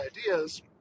ideas